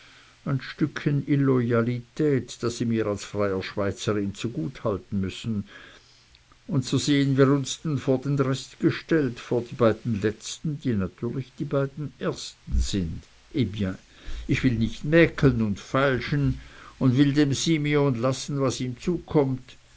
ein stückchen illoyalität das sie mir als freier schweizerin zugute halten müssen und so sehen wir uns denn vor den rest gestellt vor die beiden letzten die natürlich die beiden ersten sind eh bien ich will nicht mäkeln und feilschen und will dem simeon lassen was ihm zukommt